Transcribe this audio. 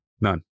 None